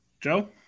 Joe